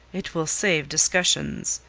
it will save discussions.